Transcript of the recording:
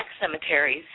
cemeteries